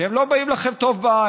כי הם לא באים אליכם טוב בעין.